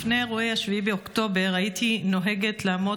לפני אירועי 7 באוקטובר הייתי נוהגת לעמוד